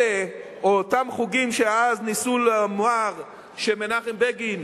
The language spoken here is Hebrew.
אלה, או: אותם חוגים שאז ניסו לומר שמנחם בגין